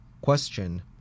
Question